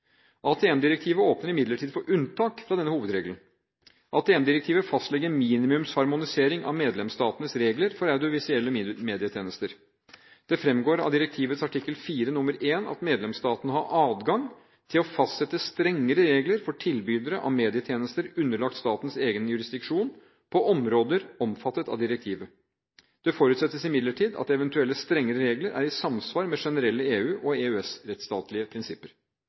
åpner imidlertid for unntak fra denne hovedregelen. AMT-direktivet fastlegger minimumsharmonisering av medlemsstatenes regler for audiovisuelle medietjenester. Det fremgår av direktivets artikkel 4 nr. 1 at medlemsstatene har adgang til å fastsette strengere regler for tilbydere av medietjenester underlagt statens egen jurisdiksjon på områder omfattet av direktivet. Det forutsettes imidlertid at eventuelle strengere regler er i samsvar med generelle EU- og EØS-rettslige prinsipper.